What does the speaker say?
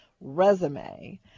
resume